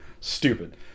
Stupid